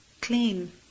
Clean